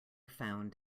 found